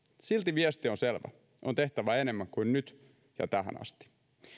silti viesti on selvä on tehtävä enemmän kuin nyt ja tähän asti